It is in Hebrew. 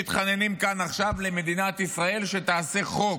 הם מתחננים כאן עכשיו למדינת ישראל שתעשה חוק.